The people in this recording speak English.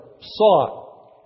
sought